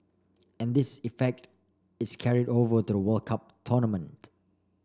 and this effect is carried over to the World Cup tournament